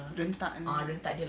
rentak and all